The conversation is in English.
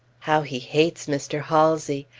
how he hates mr. halsey!